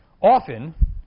often